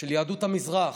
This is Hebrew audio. של יהדות המזרח.